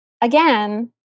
again